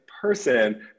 person